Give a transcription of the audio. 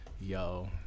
Yo